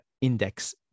index